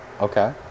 Okay